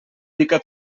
pica